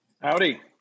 Howdy